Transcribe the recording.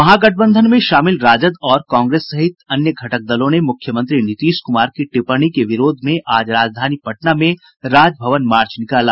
महागठबंधन में शामिल राजद और कांग्रेस सहित अन्य घटक दलों ने मुख्यमंत्री नीतीश कुमार की टिप्पणी के विरोध में आज राजधानी पटना में राजभवन मार्च निकाला